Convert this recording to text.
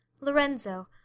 Lorenzo